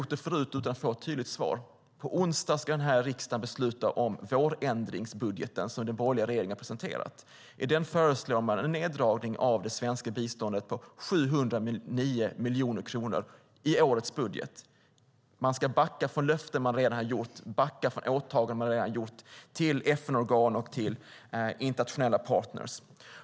Jag har ställt den förut utan att få ett tydligt svar. På onsdag ska den här riksdagen besluta om vårändringsbudgeten som den borgerliga regeringen presenterat. I den föreslår man en neddragning av det svenska biståndet på 709 miljoner kronor. Man ska backa från åtaganden man redan gjort och löften man redan gett till FN-organ och internationella partner.